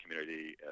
community